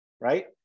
right